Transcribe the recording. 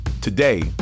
Today